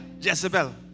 Jezebel